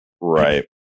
right